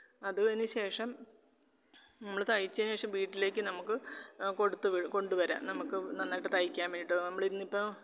അതിന് ശേഷം നമ്മൾ തയ്ച്ചതിന് ശേഷം വീട്ടിലേക്ക് നമുക്ക് കൊടുത്ത് കൊണ്ടുവരാം നമുക്ക് നന്നായിട്ട് തയ്ക്കാൻ വേണ്ടിയിട്ട് നമ്മൾ ഇന്ന് ഇപ്പം